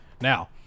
Now